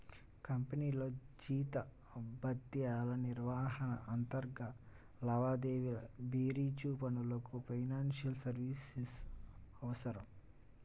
కంపెనీల్లో జీతభత్యాల నిర్వహణ, అంతర్గత లావాదేవీల బేరీజు పనులకు ఫైనాన్షియల్ సర్వీసెస్ అవసరం